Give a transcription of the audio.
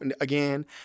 again